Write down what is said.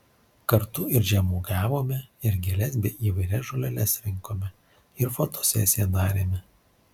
kartu ir žemuogiavome ir gėles bei įvairias žoleles rinkome ir fotosesiją darėme